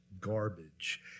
garbage